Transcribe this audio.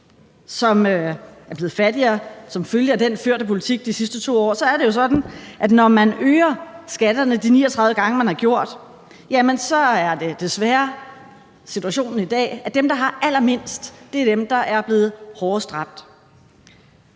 som er blevet fattigere som følge af den førte politik de sidste 2 år, så er det jo sådan, at man, når man øger skatterne, som man har gjort 39 gange, så desværre har en situation i dag, hvor dem, der har allermindst, er dem, der er blevet hårdest ramt.